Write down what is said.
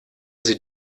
sie